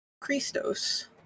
Christos